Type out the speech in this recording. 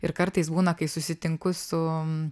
ir kartais būna kai susitinku su